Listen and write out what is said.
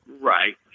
Right